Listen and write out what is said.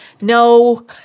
No